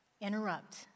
Interrupt